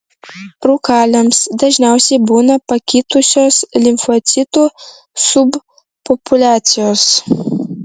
rūkaliams dažniausiai būna pakitusios limfocitų subpopuliacijos